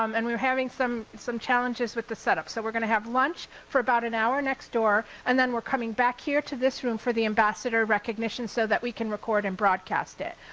um and we're having some some challenges with the setup, so we're gonna have lunch for about an hour next door and then we're coming back here to this room for the ambassador recognitions so that we can record and broadcast it.